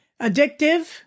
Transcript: addictive